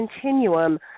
continuum